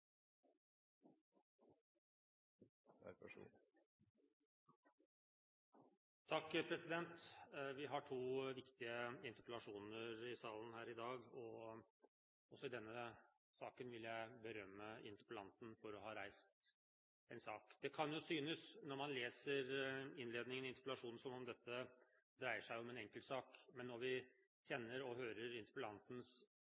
Vi har to viktige interpellasjoner her i salen i dag. Også denne saken vil jeg berømme interpellanten for å ha reist. Det kan jo synes – når man leser innledningen i interpellasjonen – som om dette dreier seg om en enkeltsak. Men når vi